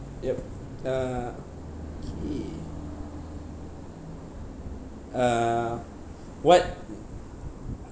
yup uh okay uh what